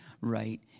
right